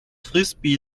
frisbee